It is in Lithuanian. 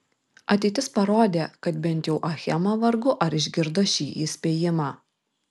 ateitis parodė kad bent jau achema vargu ar išgirdo šį įspėjimą